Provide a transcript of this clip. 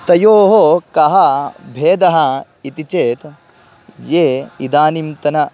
तयोः कः भेदः इति चेत् ये इदानींन्तने